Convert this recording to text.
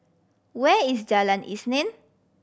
where is Jalan Isnin